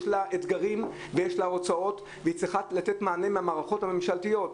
יש לה אתגרים ויש לה הוצאות והיא צריכה לתת מענה מהמערכות הממשלתיות.